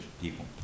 people